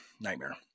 nightmare